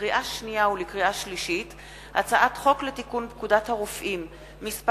לקריאה שנייה ולקריאה שלישית: הצעת חוק לתיקון פקודת הרופאים (מס'